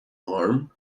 harm